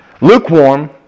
Lukewarm